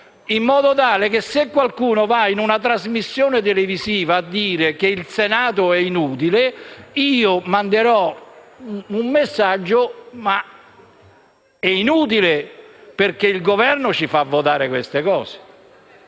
in modo tale che se qualcuno in una trasmissione televisiva dovesse dire che il Senato è inutile io manderò un messaggio per dire che è inutile perché il Governo ci fa votare queste cose.